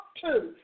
two